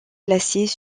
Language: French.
glaciers